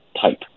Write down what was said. type